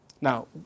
Now